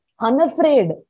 unafraid